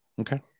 Okay